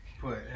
put